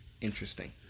interesting